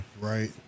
Right